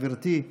גברתי,